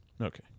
Okay